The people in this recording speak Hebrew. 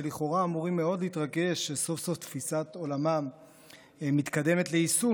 שלכאורה אמורים מאוד להתרגש שסוף-סוף תפיסת עולמם מתקדמת ליישום,